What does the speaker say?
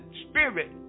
spirit